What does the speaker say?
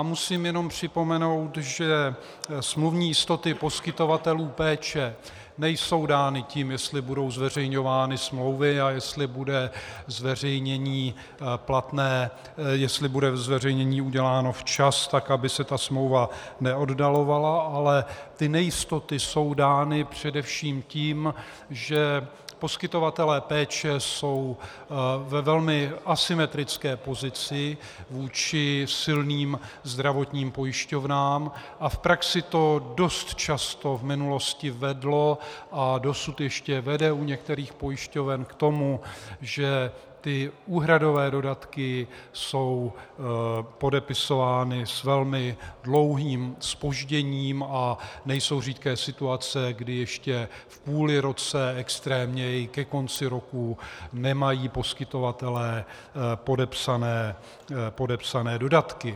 Musím jenom připomenout, že smluvní jistoty poskytovatelů péče nejsou dány tím, jestli budou zveřejňovány smlouvy a jestli bude zveřejnění uděláno včas tak, aby se ta smlouva neoddalovala, ale ty nejistoty jsou dány především tím, že poskytovatelé péče jsou ve velmi asymetrické pozici vůči silným zdravotním pojišťovnám a v praxi to dost často v minulosti vedlo a dosud ještě vede u některých pojišťoven k tomu, že úhradové dodatky jsou podepisovány s velmi dlouhým zpožděním, a nejsou řídké situace, kdy ještě v půli roku, extrémněji ke konci roku nemají poskytovatelé podepsané dodatky.